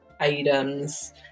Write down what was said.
items